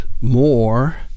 more